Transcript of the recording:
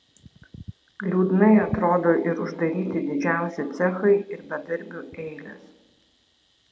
liūdnai atrodo ir uždaryti didžiausi cechai ir bedarbių eilės